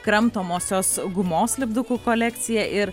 kramtomosios gumos lipdukų kolekcija ir